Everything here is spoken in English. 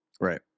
right